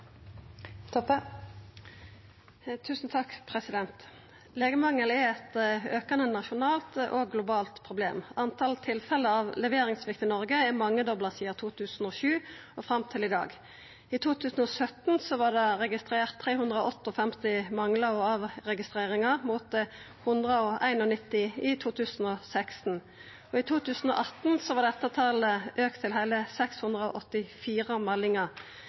nasjonalt og globalt problem. Talet på tilfelle av leveringssvikt i Noreg er mangedobla sidan 2007 og fram til i dag. I 2017 var det registrert 358 manglar og avregistreringar, mot 191 i 2016. I 2018 var dette talet auka til heile 684